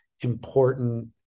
important